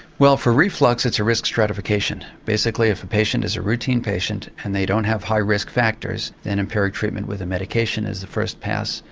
well for reflux it's a risk stratification. basically if a patient is a routine patient and they don't have high risk factors, then empiric treatment with a medication is the first pass,